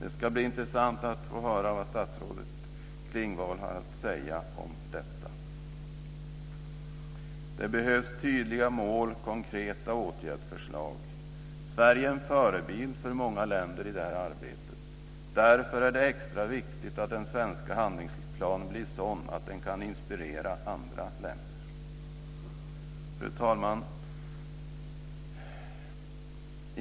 Det ska bli intressant att höra vad statsrådet Maj Inger Klingvall har att säga om detta. Det behövs tydliga mål och konkreta åtgärdsförslag. Sverige är en förebild för många länder i det här arbetet. Därför är det extra viktigt att den svenska handlingsplanen blir sådan att den kan inspirera andra länder. Fru talman!